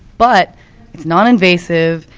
but it's non-invasive,